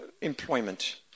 employment